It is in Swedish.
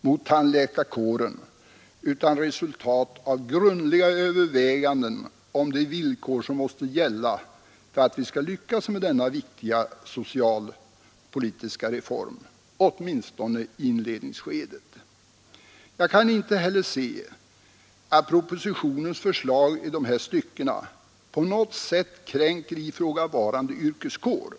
De är resultatet av grundliga överväganden om de villkor som måste gälla åtminstone i inledningsskedet för att vi skall lyckas med denna viktiga sociala reform. Jag kan inte heller se att propositionens förslag i dessa stycken på något sätt kränker ifrågavarande yrkeskår.